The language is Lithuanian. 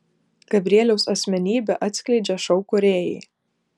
gabrieliaus asmenybę atskleidžia šou kūrėjai